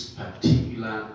particular